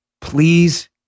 Please